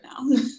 now